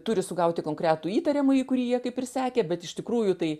turi sugauti konkretų įtariamąjį kurį jie kaip ir sekė bet iš tikrųjų tai